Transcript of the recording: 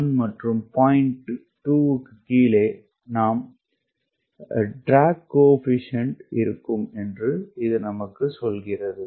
2 க்கு கீழே நாம் ட்ராக் குணகம் இருக்கும் என்று இது நமக்கு சொல்கிறது